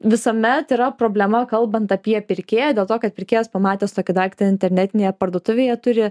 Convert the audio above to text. visuomet yra problema kalbant apie pirkėją dėl to kad pirkėjas pamatęs tokį daiktą internetinėje parduotuvėje turi